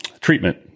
Treatment